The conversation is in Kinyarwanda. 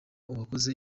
uwakoze